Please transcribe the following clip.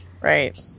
Right